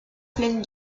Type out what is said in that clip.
pleine